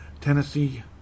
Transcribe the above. Tennessee